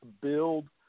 build